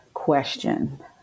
question